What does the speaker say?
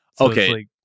Okay